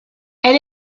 elle